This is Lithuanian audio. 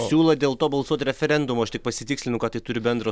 siūlot dėl to balsuot referendumu aš tik pasitikslinu ką tai turi bendro